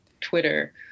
twitter